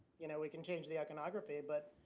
you know, we can change the iconography. but,